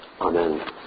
Amen